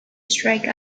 strike